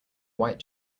white